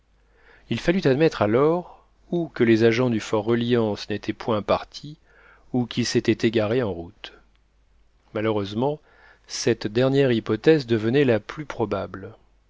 il fallut admettre alors ou que les agents du fort reliance n'étaient point partis ou qu'ils s'étaient égarés en route malheureusement cette dernière hypothèse devenait la plus probable